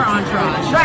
Entourage